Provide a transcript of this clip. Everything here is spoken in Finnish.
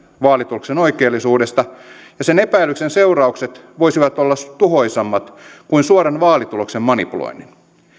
vaalituloksen oikeellisuudesta ja sen epäilyksen seuraukset voisivat olla tuhoisammat kuin suoran vaalituloksen manipuloinnin